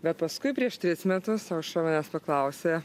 bet paskui prieš tris metus aušra manęs paklausė